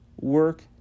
work